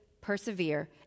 Persevere